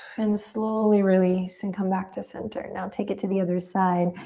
and slowly release and come back to center. now take it to the other side.